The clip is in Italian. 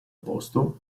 posto